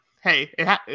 hey